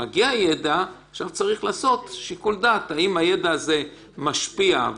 צריך לשקול אם המידע הזה משפיע,